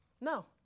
No